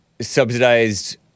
subsidized